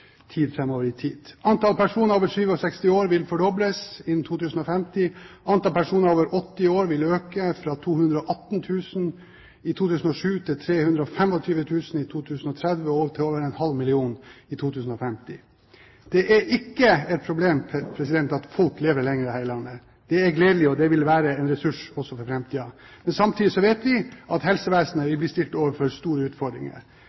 tid. Antall personer over 67 år vil fordobles innen 2050. Antall personer over 80 år vil øke fra 218 000 i 2007 til 325 000 i 2030 og til over 500 000 i 2050. Det er ikke et problem at folk lever lenger her i landet, det er gledelig og vil være en ressurs også for framtiden. Men samtidig vet vi at helsevesenet vil bli stilt overfor store utfordringer.